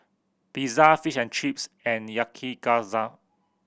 Pizza Fish and Chips and Yakizakana